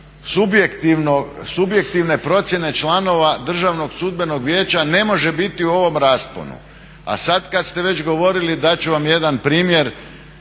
subjektivne procjene članova Državnog sudbenog vijeća ne može biti u ovom rasponu. A sad kad ste već govorili dat ću vam jedan primjer,